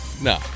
No